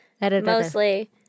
mostly